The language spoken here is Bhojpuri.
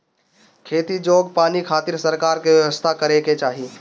खेती जोग पानी खातिर सरकार के व्यवस्था करे के चाही